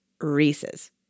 Reese's